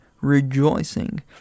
rejoicing